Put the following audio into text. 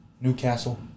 Newcastle